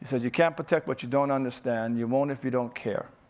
says, you can't protect what you don't understand. you won't if you don't care.